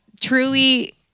Truly